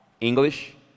English